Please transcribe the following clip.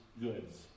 goods